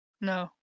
No